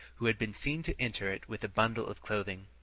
who had been seen to enter it with a bundle of clothing.